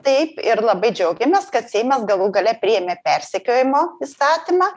taip ir labai džiaugiamės kad seimas galų gale priėmė persekiojimo įstatymą